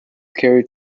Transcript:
carried